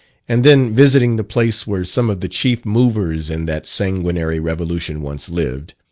and then visiting the place where some of the chief movers in that sanguinary revolution once lived,